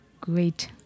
great